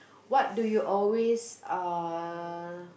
what do you always uh